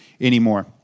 anymore